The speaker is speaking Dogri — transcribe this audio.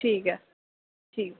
ठीक ऐ ठीक